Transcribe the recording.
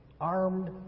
armed